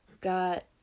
got